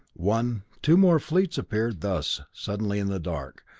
one two more fleets appeared thus suddenly in the dark,